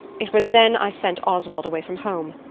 it was then i sent oswald away from home.